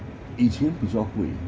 以前比较会